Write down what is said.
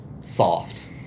soft